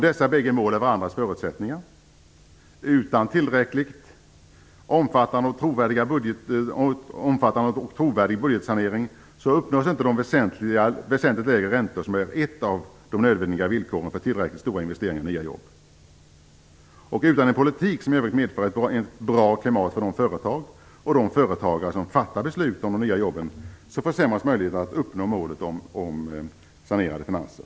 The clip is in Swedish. Dessa bägge mål är varandras förutsättningar. Utan tillräckligt omfattande och trovärdig budgetsanering uppnås inte de väsentligt lägre räntor som är ett av de nödvändiga villkoren för tillräckligt stora investeringar i nya jobb. Utan en politik som i övrigt medför ett bra klimat för de företag och de företagare som fattar beslut om de nya jobben försämras möjligheterna att uppnå målet om sanerade finanser.